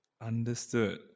Understood